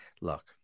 Look